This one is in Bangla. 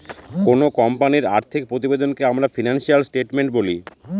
কোনো কোম্পানির আর্থিক প্রতিবেদনকে আমরা ফিনান্সিয়াল স্টেটমেন্ট বলি